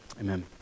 Amen